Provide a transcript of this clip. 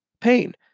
pain